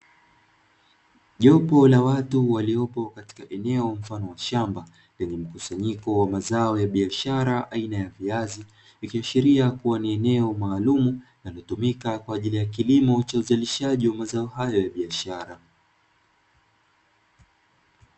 Jopo la watu waliopo katika eneo mfano wa shamba, lenye mkusanyiko wa mazao ya biashara aina ya viazi, likiashiria kuwa ni eneo maalumu linalotumika kwa ajili ya kilimo cha uzalishaji wa mazao hayo ya biashara.